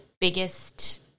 biggest